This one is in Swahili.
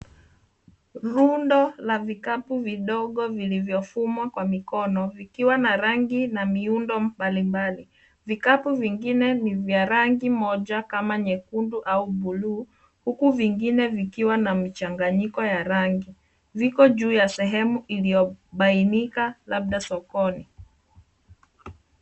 Nondo na vikapu vidogo vilivyofumwa kwa mkono vikiwa na rangi na miundo mbali mbali, vikapu vingine ni vya rangi moja kama nyekundu au buluu huku vingine vikiwa na michanganyiko ya rangi. Viko juu ya sehemu iliyobainika labda sokoni.